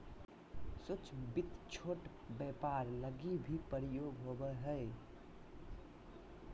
सूक्ष्म वित्त छोट व्यापार लगी भी प्रयोग होवो हय